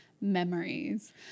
Memories